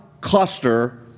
cluster